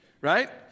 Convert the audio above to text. Right